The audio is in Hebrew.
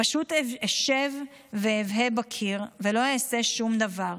פשוט אשב ואבהה בקיר ולא אעשה שום דבר.